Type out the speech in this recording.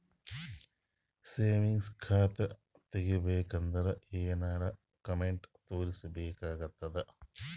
Savings ಖಾತಾ ತೇರಿಬೇಕಂದರ ಏನ್ ಏನ್ಡಾ ಕೊಮೆಂಟ ತೋರಿಸ ಬೇಕಾತದ?